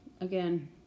Again